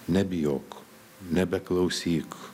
nebijok nebeklausyk